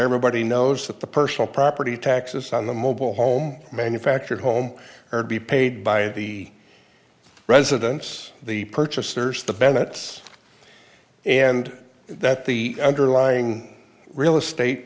everybody knows that the personal property taxes on the mobile home manufactured home are to be paid by the residence the purchasers the bennett's and that the underlying real estate